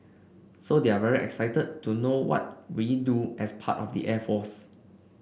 so they're very excited to know what we do as part of the air force